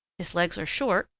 his legs are short,